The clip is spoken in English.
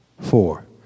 Four